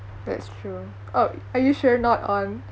that's true oh are you sure not on